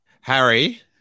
Harry